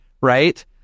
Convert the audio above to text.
right